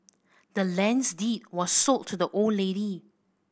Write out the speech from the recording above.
the land's deed was sold to the old lady